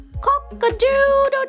Cock-a-doodle-doo